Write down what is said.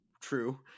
true